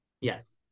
yes